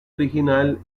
original